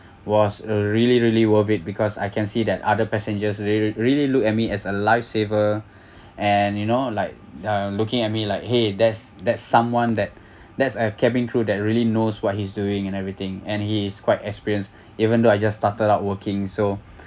was uh really really worth it because I can see that other passengers real really look at me as a lifesaver and you know like uh looking at me like !hey! that's that's someone that that's a cabin crew that really knows what he's doing and everything and he is quite experience even though I just started out working so